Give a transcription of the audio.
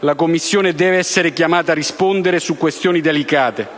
La Commissione deve essere chiamata a rispondere su questioni delicate,